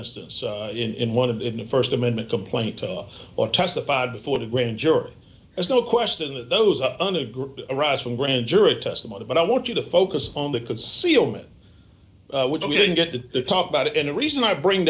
instance in one of the in the st amendment complaint or testified before the grand jury there's no question that those of us from grand jury testimony but i want you to focus on the concealment which we didn't get to talk about it and the reason i bring